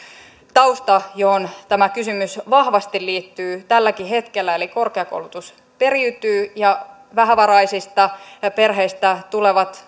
tausta johon tämä kysymys vahvasti liittyy tälläkin hetkellä eli korkeakoulutus periytyy ja vähävaraisista perheistä tulevat